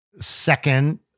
Second